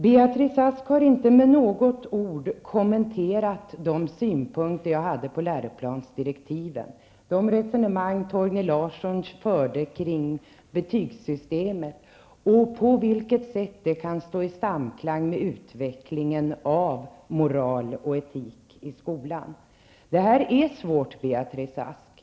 Beatrice Ask har inte med ett enda ord kommenterat de synpunkter jag hade på läroplansdirektiven och det resonemang som Torgny Larsson förde kring betygssystemet och på vilket sätt det kan stå i samklang med utveckling av moral och etik i skolan. Det här är svårt, Beatrice Ask.